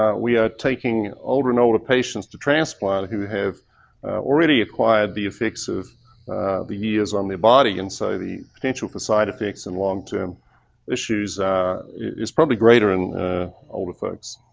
ah we are taking older and older patients to transplant who have already acquired the effects of the years on the body and so the for side effects and long-term issues is probably greater in older folks.